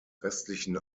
restlichen